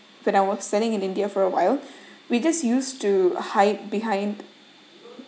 when I was standing in india for awhile we just used to hide behind